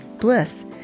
bliss